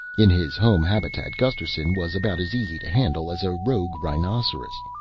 in his home habitat gusterson was about as easy to handle as a rogue rhinoceros,